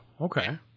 okay